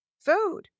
Food